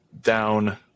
down